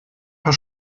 paar